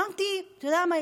אתה יודע,